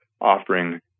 offering